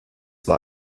war